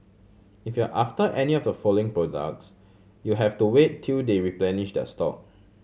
if you're after any of the following products you'll have to wait till they replenish their stock